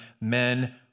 men